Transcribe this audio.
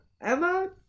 Emma